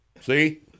See